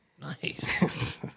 Nice